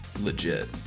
Legit